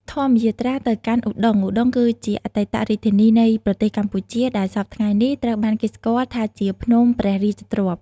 ធម្មយាត្រាទៅកាន់ឧដុង្គ ឧដុង្គគឺជាអតីតរាជធានីនៃប្រទេសកម្ពុជា ដែលសព្វថ្ងៃនេះត្រូវបានគេស្គាល់ថាជា ភ្នំព្រះរាជទ្រព្យ។